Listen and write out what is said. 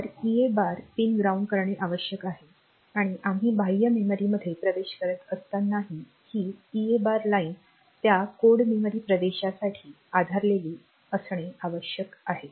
तर EA bar pin ground करणे आवश्यक आहे आणि आम्ही बाह्य मेमरीमध्ये प्रवेश करत असतानाही ही EA बार लाइन त्या कोड मेमरी प्रवेशासाठी आधारलेली असणे आवश्यक आहे